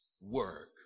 work